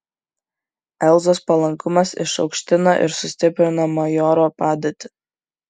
elzos palankumas išaukštino ir sustiprino majoro padėtį